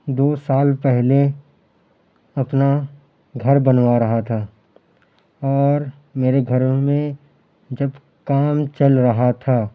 دو سال پہلے اپنا گھر بنوا رہا تھا اور میرے گھر میں جب کام چل رہا تھا